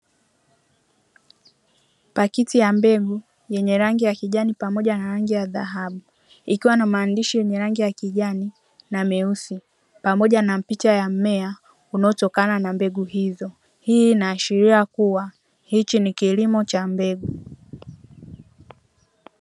Pakiti ya mbegu, yenye rangi ya kijani pamoja na rangi ya dhahabu, ikiwa na maandishi yenye rangi ya kijani na meusi, pamoja na picha ya mmea unaotokana na mbegu hizo. Hii ina ashiria kuwa hichi ni kilimo cha mbegu.